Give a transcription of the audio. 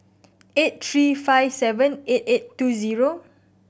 eight three five seven eight eight two zero